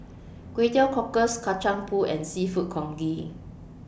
Kway Teow Cockles Kacang Pool and Seafood Congee